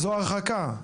זו רחקה,